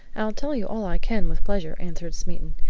i'll tell you all i can, with pleasure, answered smeaton.